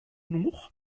nour